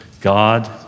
God